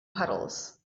puddles